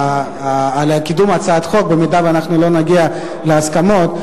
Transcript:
קידום הצעת החוק אם לא נגיע להסכמות.